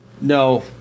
No